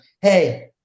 hey